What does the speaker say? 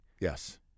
Yes